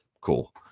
Cool